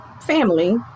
family